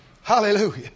Hallelujah